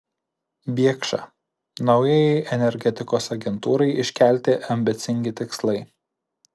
biekša naujajai energetikos agentūrai iškelti ambicingi tikslai